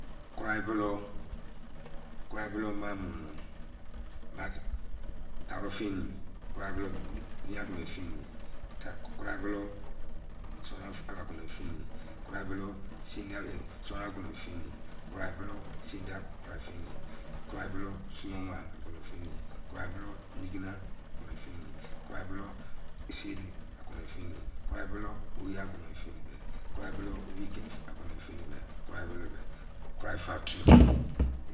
Kurai bula kurai bulu ma bu tara-fini kurai bulu oyi agono wa fini kurai buloi saro agonimi fini flurai bula sid ye agono agono fini flurai bulu ma agomo wai fini farai bulu nisin foni kurai bulu sini fini tenrai bulu oyi agono wai fini, kurai bulu kurai fa-tu,